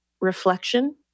reflection